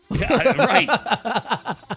Right